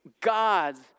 God's